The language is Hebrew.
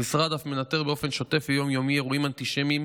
המשרד אף מנטר באופן שוטף ויום-יומי אירועים אנטישמיים